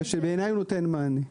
ושבעיני הוא נותן מענה.